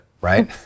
right